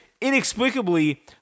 inexplicably